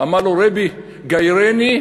ואמר לו: רבי, גיירני,